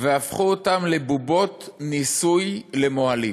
והפכו אותם לבובות ניסוי למוהלים?